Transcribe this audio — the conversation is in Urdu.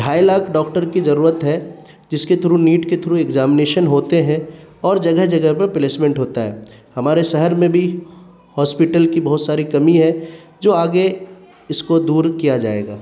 ڈھائی لاکھ ڈاکٹر کی ضرورت ہے جس کے تھرو نیٹ کے تھرو ایگجمینیشن ہوتے ہیں اور جگہ جگہ پہ پلیسمنٹ ہوتا ہے ہمارے شہر میں بھی ہاسپیٹل کی بہت ساری کمی ہے جو آگے اس کو دور کیا جائے گا